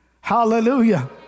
Hallelujah